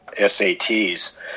SATs